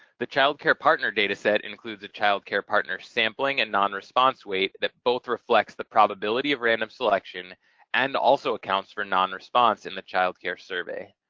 the child care partner data set includes a child care partner sampling and non-response weight that both reflects the probability of random selection and also accounts for non-response in the child care survey.